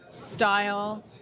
style